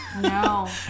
No